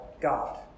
God